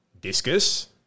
discus